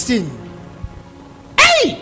Hey